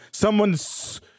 someone's